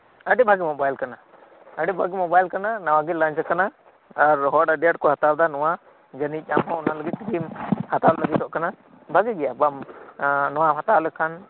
ᱟᱹᱰᱤᱵᱷᱟᱜᱤ mobile ᱠᱟᱱᱟ ᱟᱹᱰᱤ ᱵᱷᱟᱜᱤ ᱢᱚᱵᱟᱭᱤᱞ ᱠᱟᱱᱟ ᱱᱟᱣᱟᱜᱮ ᱞᱚᱱᱪ ᱟᱠᱟᱱᱟ ᱟᱨ ᱦᱚᱲ ᱟᱹᱰᱤ ᱟᱴᱠᱩ ᱦᱟᱛᱟᱣᱮᱫᱟ ᱱᱚᱣᱟ ᱡᱟᱹᱱᱤᱡ ᱟᱢᱦᱚᱸ ᱚᱱᱟᱞᱟᱹᱜᱤᱫ ᱛᱮᱜᱤᱢ ᱦᱟᱛᱟᱣ ᱞᱟᱹᱜᱤᱛᱚᱜ ᱠᱟᱱᱟ ᱵᱷᱟᱜᱤᱜᱮᱭᱟ ᱵᱟᱝ ᱱᱚᱣᱟᱢ ᱦᱟᱛᱟᱣ ᱞᱮᱠᱷᱟᱱ